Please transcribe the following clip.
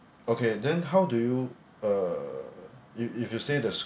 okay then how do you uh you if you say this